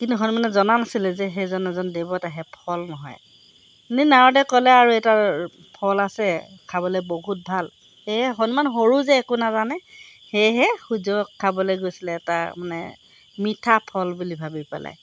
কিন্তু হনুমানে জনা নাছিলে যে সেইজন এজন দেৱতাহে ফল নহয় নে নাৰদে ক'লে আৰু এটাৰ ফল আছে খাবলৈ বহুত ভাল সেয়ে হনুমান সৰু যে একো নাজানে সেয়েহে সূৰ্যক খাবলৈ গৈছিলে এটা মানে মিঠা ফল বুলি ভাবি পেলাই